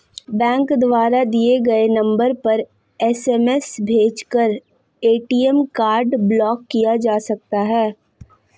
bank द्वारा दिए गए नंबर पर एस.एम.एस भेजकर ए.टी.एम कार्ड ब्लॉक किया जा सकता है